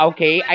Okay